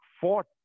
fought